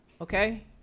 okay